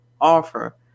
offer